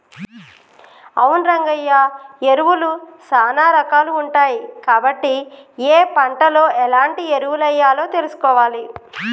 అవును రంగయ్య ఎరువులు సానా రాకాలు ఉంటాయి కాబట్టి ఏ పంటలో ఎలాంటి ఎరువులెయ్యాలో తెలుసుకోవాలి